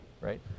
right